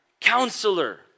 Counselor